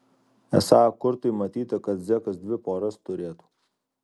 esą kur tai matyta kad zekas dvi poras turėtų